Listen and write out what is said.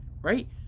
right